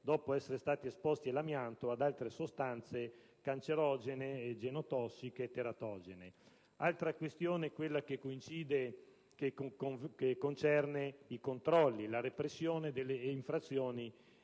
dopo essere stati esposti all'amianto o ad altre sostanze cancerogene, genotossiche o teratogene. Altra questione è quella che concerne i controlli e la repressione delle infrazioni